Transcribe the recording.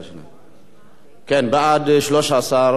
סעיפים 1 3 נתקבלו.